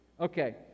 Okay